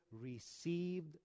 received